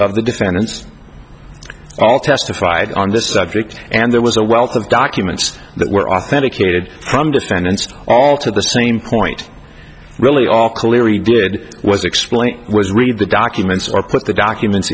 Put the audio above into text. of the defendants all testified on this subject and there was a wealth of documents that were authenticated from defendants all to the same point really all clearly did was explain was read the documents or put the documents